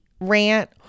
rant